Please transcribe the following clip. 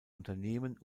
unternehmen